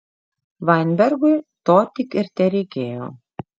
vainbergui to tik ir tereikėjo